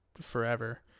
forever